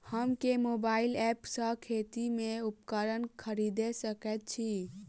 हम केँ mobile app सँ खेती केँ उपकरण खरीदै सकैत छी?